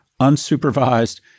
unsupervised